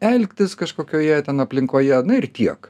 elgtis kažkokioje ten aplinkoje ir tiek